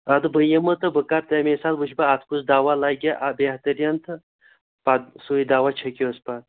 اَدٕ بہٕ یِمہٕ تہٕ بہٕ کَرٕ تَمے ساتہٕ وُچھٕ بہٕ اتھ کُس دوا لَگہِ بہتریٖن تہٕ پَتہٕ سُے دوا چھیٚکۍہوٗس پَتہٕ